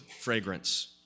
fragrance